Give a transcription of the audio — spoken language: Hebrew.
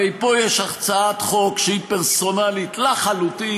הרי פה יש הצעת חוק שהיא פרסונלית לחלוטין,